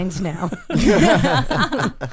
now